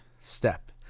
step